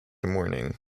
morning